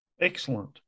Excellent